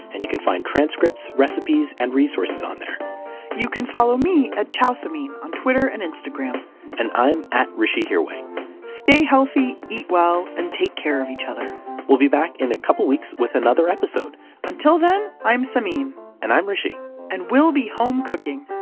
and you can find transcripts recipes, and resources on there you can follow me at ciaosamin on twitter and instagram and i'm at hrishihirway stay healthy, eat well, and take care of each other we'll be back in a couple of weeks with another episode until then, i'm samin and i'm hrishi and we'll be home cooking